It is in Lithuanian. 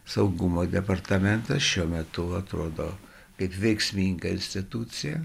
saugumo departamentas šiuo metu atrodo kaip veiksminga institucija